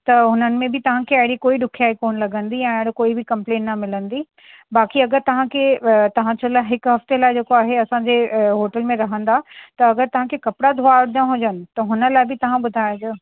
हुननि में बि तव्हां खे अहिड़ी कोई ॾुखियाई कोन लॻंदी ऐं अहिड़ो कोई बि कंप्लेन न मिलंदी बाकी अगरि तव्हां खे तव्हां जे लाइ हिकु हफ़्तो जेको आहे असांजे होटल में रहंदा त अगरि तव्हां खे कपिड़ा धुआरिणा हुजनि त हुन लाइ बि तव्हां ॿुधाइजो